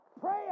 Pray